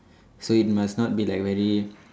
so it must not be like very